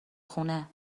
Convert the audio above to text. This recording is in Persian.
خونه